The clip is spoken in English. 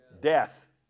Death